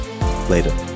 later